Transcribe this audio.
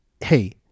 hey